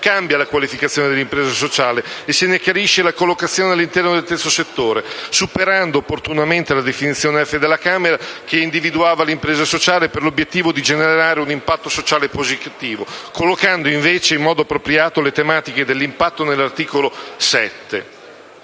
Cambia la qualificazione dell'impresa sociale e se ne chiarisce la collocazione all'interno del terzo settore, superando, opportunamente, la definizione *f)* della Camera, che individuava l'impresa sociale per l'obiettivo di «generare un impatto sociale positivo», collocando invece in modo appropriato le tematiche dell'impatto nell'articolo 7.